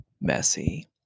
messy